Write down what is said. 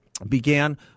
began